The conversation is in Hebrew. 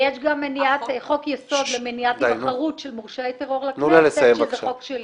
ויש גם חוק יסוד למניעת נבחרות של מורשעי טרור לכנסת שזה חוק שלי.